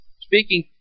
speaking